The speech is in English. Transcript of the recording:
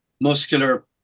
muscular